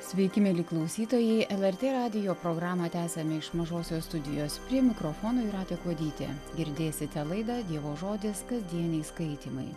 sveiki mieli klausytojai lrt radijo programą tęsiame iš mažosios studijos prie mikrofono jūratė kuodytė girdėsite laidą dievo žodis kasdieniai skaitymai